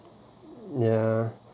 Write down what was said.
ya